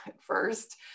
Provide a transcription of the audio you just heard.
first